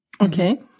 Okay